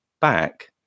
back